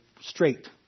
straight